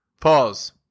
pause